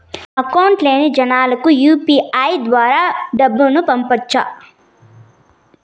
Account లేని జనాలకు UPI ద్వారా డబ్బును పంపొచ్చా?